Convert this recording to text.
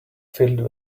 filled